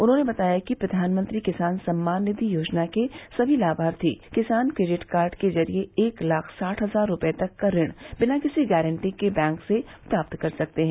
उन्होंने बताया कि प्रधानमंत्री किसान सम्मान निधि योजना के सभी लाभार्थी किसान क्रेडिट कार्ड के जरिये एक लाख साठ हजार रूपये तक का ऋण बिना किसी गारंटी के बैंक से प्राप्त कर सकते हैं